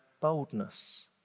boldness